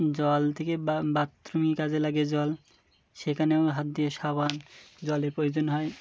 জল থেকে বা বাথরুমে কাজে লাগে জল সেখানেও হাত দিয়ে সাবান জলের প্রয়োজন হয়